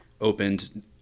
opened